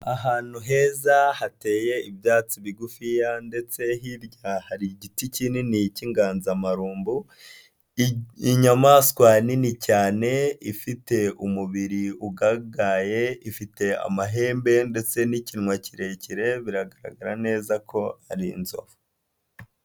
Ahantu heza hateye ibyatsi bigufiya ndetse hirya hari igiti kinini k'inganzamarumbu, inyamaswa nini cyane ifite umubiri ugagaye, ifite amahembe ndetse n'ikinwa kirekire biragaragara neza ko ari inzovu.